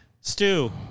Stu